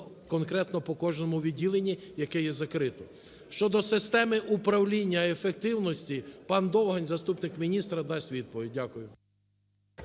конкретно по кожному відділені, яке є закрито. Щодо системи управління ефективності пан Довгань, заступник міністра, дасть відповідь. Дякую.